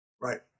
Right